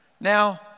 Now